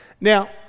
Now